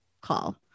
call